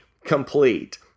complete